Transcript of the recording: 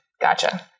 Gotcha